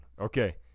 Okay